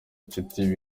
inshuti